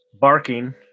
barking